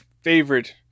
favorite